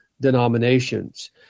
denominations